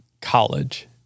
college